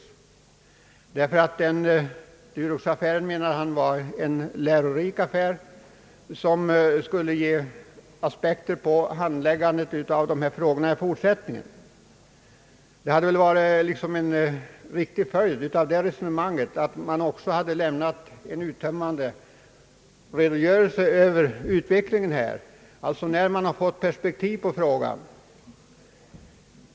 Han menade att Duroxaffären var lärorik och skulle ge aspekter på handläggningen av dessa frågor i fortsättningen. Det hade varit en logisk följd av detta resonemang att man — när man fått perspektiv på frågan — lämnat en uttömmande redogörelse över den.